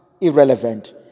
irrelevant